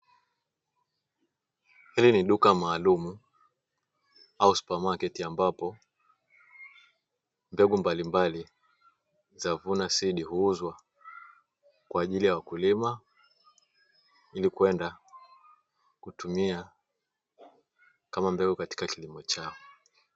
Hili ni duka maalumu au supamaketi, ambapo mbegu mbalimbali za "vuna seed" huuzwa, kwa ajili ya wakulima ili kwenda kutumia kama mbegu katika kilimo chao.